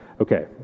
Okay